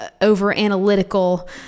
over-analytical